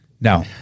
No